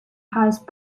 highest